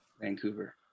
Vancouver